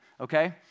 Okay